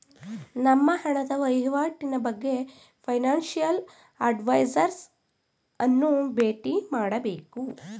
ನಮ್ಮ ಹಣದ ವಹಿವಾಟಿನ ಬಗ್ಗೆ ಫೈನಾನ್ಸಿಯಲ್ ಅಡ್ವೈಸರ್ಸ್ ಅನ್ನು ಬೇಟಿ ಮಾಡಬೇಕು